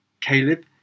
Caleb